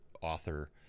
author